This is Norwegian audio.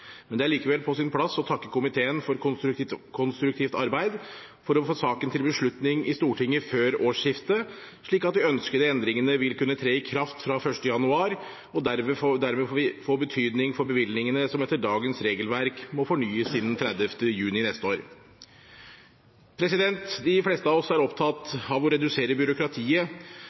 men det er likevel på sin plass å takke komiteen for konstruktivt arbeid for å få saken til beslutning i Stortinget før årsskiftet, slik at de ønskede endringene vil kunne tre i kraft fra 1. januar og dermed få betydning for bevillingene som etter dagens regelverk må fornyes innen 30. juni neste år. De fleste av oss er opptatt